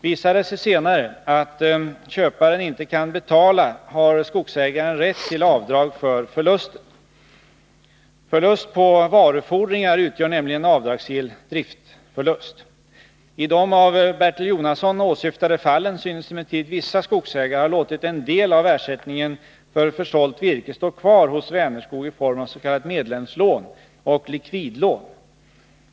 Visar det sig senare att köparen inte kan betala har skogsägaren rätt till avdrag för förlusten. Förlust på varufordringar utgör nämligen avdragsgill driftförlust. I de av Bertil Jonasson åsyftade fallen synes emellertid vissa skogsägare ha låtit en del av ersättningen för försålt virke stå kvar hos Vänerskog i form av s.k. medlemslån och likvidlån.